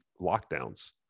lockdowns